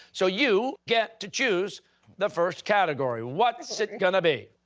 so you get to choose the first category. what's it and going to be?